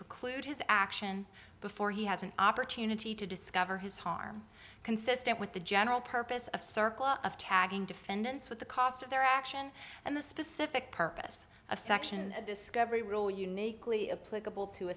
preclude his action before he has an opportunity to discover his harm consistent with the general purpose of circle of tagging defendants with the costs of their action and the specific purpose of section discovery rule